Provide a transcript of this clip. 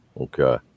Okay